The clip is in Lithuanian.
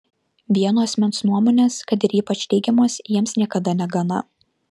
vieno asmens nuomonės kad ir ypač teigiamos jiems niekada negana